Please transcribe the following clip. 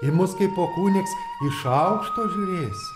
į mus kaipo kunigs iš aukšto žiūrėsi